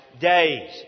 days